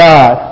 God